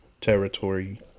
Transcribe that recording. territory